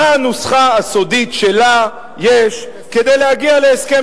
הנוסחה הסודית שלה יש כדי להגיע להסכם